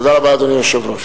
תודה רבה, אדוני היושב-ראש.